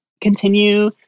continue